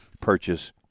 purchase